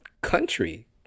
country